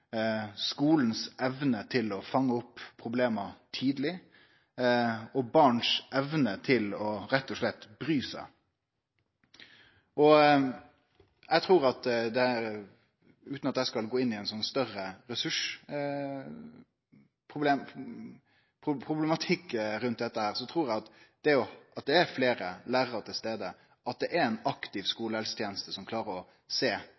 skolens evne til å fange opp problema tidleg og barns evne til rett og slett å bry seg. Utan at eg skal gå inn i ein større ressursproblematikk i denne samanhengen, trur eg at det at det er fleire lærarar til stades, at det er ei aktiv skolehelseteneste som klarer å sjå